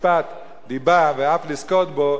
למשפט דיבה ואף לזכות בו,